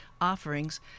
offerings